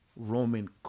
roman